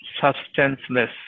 substanceless